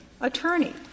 attorney